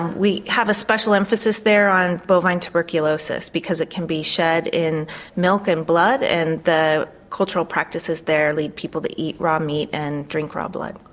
we have a special emphasis there on bovine tuberculosis because it can be shed in milk and blood and the cultural practices there lead people to eat raw meat and drink raw blood.